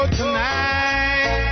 tonight